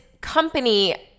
company